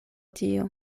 tio